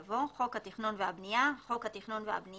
יבוא: - ""חוק התכנון והבניה" חוק התכנון והבניה,